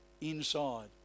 inside